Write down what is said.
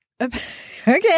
Okay